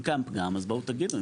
אם קיים פגם או כשל אז בואו תגידו.